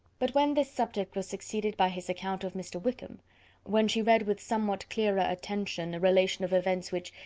but when this subject was succeeded by his account of mr. wickham when she read with somewhat clearer attention a relation of events which,